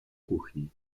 kuchni